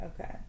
Okay